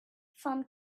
from